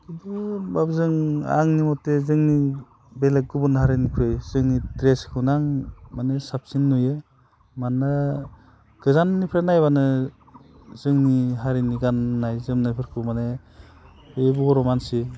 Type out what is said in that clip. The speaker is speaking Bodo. खिन्थु होनब्लाबो जों आंनि मथे जोंनि बेलेग गुबुन हारिनिख्रुइ जोंनि ड्रेसखौनो आं माने साबसिन नुयो मानोना गोजाननिफ्राय नायब्लानो जोंनि हारिनि गाननाय जोमनायफोरखौ माने बे बर' मानसि